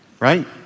Right